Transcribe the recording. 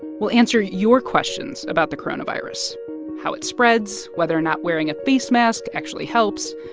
we'll answer your questions about the coronavirus how it spreads, whether or not wearing a face mask actually helps,